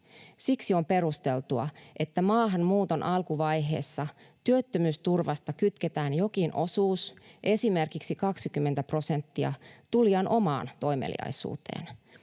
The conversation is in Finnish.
Siksi on perusteltua, että maahanmuuton alkuvaiheessa työttömyysturvasta kytketään jokin osuus, esimerkiksi 20 prosenttia, tulijan omaan toimeliaisuuteen.